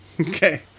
Okay